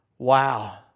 wow